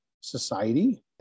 society